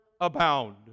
abound